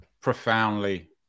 profoundly